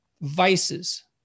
vices